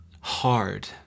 hard